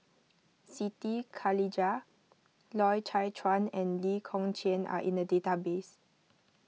Siti Khalijah Loy Chye Chuan and Lee Kong Chian are in the database